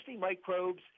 microbes